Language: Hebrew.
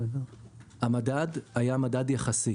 המדד היה מדד יחסי,